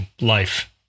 life